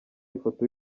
ifoto